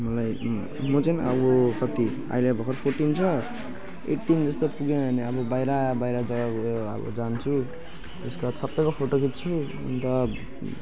मलाई म चाहिँ अब कति अहिले भर्खर फोर्टिन छ एट्टिन जस्तो पुगेँ भने अब बाहिर बाहिर जग्गाहरू अब जान्छु त्यसको बाद सबैको फोटो खिच्छु अन्त